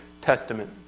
Testament